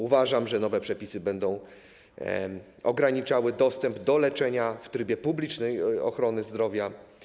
Uważam, że nowe przepisy będą ograniczały dostęp do leczenia w trybie publicznej ochrony zdrowia.